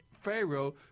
pharaoh